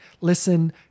listen